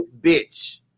bitch